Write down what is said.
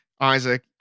Isaac